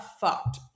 fucked